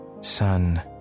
Son